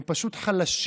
הם פשוט חלשים,